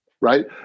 right